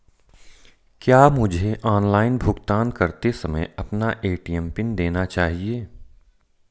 क्या मुझे ऑनलाइन भुगतान करते समय अपना ए.टी.एम पिन देना चाहिए?